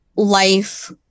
life